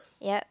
yup